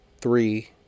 three